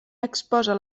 exposa